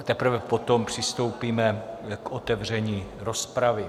Teprve potom přistoupíme k otevření rozpravy.